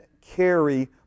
carry